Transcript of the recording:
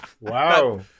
wow